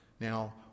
Now